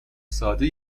ساده